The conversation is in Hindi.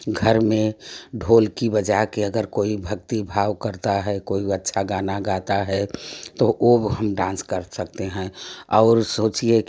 घर में ढोलकी बजाके अगर कोई भक्ति भाव करता है कोई अच्छा गाना गाता है तो ओ हम डांस कर सकते हैं आउर सोचिए कि